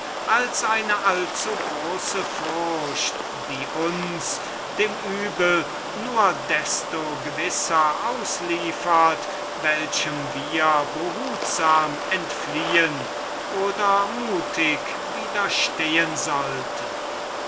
als eine allzugroße furcht die zu nichts dient als uns dem übel desto gewisser auszuliefern welchem wir behutsam entfliehen oder mutig widerstehen sollten